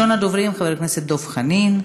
ראשון הדוברים, דב חנין.